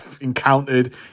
encountered